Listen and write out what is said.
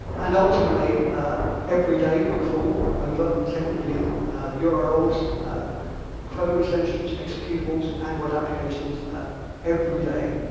and ultimately every day we crawl over ten million yeah urls, chrome extensions, executable, android applications every day.